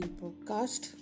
podcast